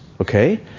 okay